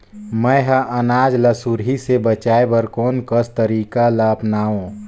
मैं ह अनाज ला सुरही से बचाये बर कोन कस तरीका ला अपनाव?